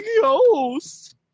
ghost